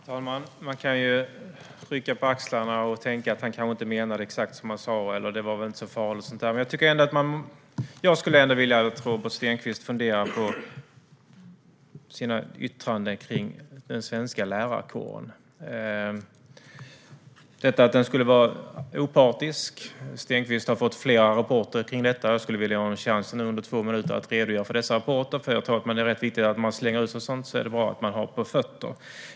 Herr talman! Man kan rycka på axlarna och tänka att han kanske inte menade exakt vad han sa eller att det inte var så farligt. Men jag vill ändå att Robert Stenkvist ska fundera lite över sina yttranden om den svenska lärarkåren. Stenkvist hävdar att han har fått flera rapporter om lärarkårens opartiskhet. Han har nu chansen att under två minuter redogöra för dessa rapporter. Det är viktigt att man har bra på fötterna om man slänger ur sig vissa saker.